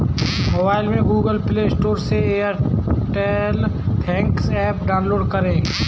mobile में Google Play Store से Airtel Thanks app download करें